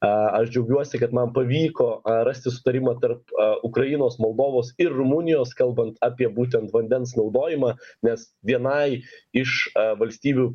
a aš džiaugiuosi kad man pavyko a rasti sutarimą tarp ukrainos moldovos ir rumunijos kalbant apie būtent vandens naudojimą nes vienai iš e valstybių